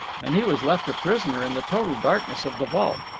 and he was left a prisoner in the total darkness of the vault.